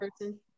person